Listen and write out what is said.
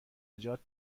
نجات